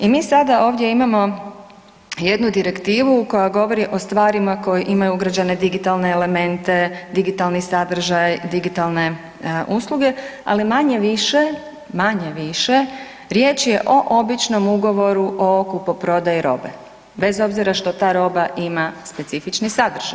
I mi sada ovdje imamo jednu direktivu koja govori o stvarima koji imaju ugrađene digitalne elemente, digitalni sadržaj, digitalne usluge, ali manje-više, manje-više, riječ je o običnom ugovoru o kupoprodaji robe, bez obzira što ta roba ima specifični sadržaj.